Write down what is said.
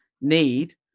need